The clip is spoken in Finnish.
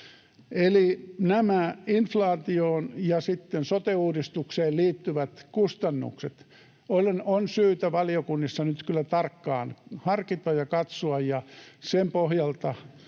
Eli nämä inflaatioon ja sitten sote-uudistukseen liittyvät kustannukset on syytä valiokunnissa nyt kyllä tarkkaan harkita ja katsoa, ja sen pohjalta